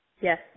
Yes